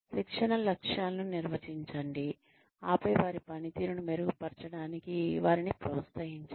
శిక్షణ లక్ష్యాలను నిర్వచించండి ఆపై వారి పనితీరును మెరుగుపరచడానికి వారిని ప్రోత్సహించండి